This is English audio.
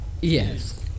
Yes